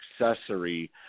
accessory